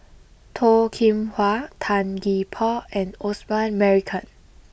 Toh Kim Hwa Tan Gee Paw and Osman Merican